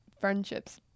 friendships